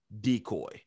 decoy